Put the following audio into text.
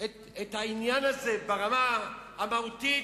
את העניין הזה ברמה המהותית,